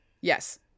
Yes